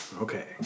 Okay